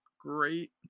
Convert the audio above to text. great